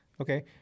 Okay